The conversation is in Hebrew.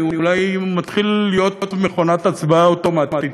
אני אולי מתחיל להיות מכונת הצבעה אוטומטית,